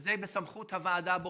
וזה בסמכות הוועדה הבוחנת,